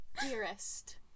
Dearest